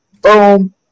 Boom